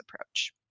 approach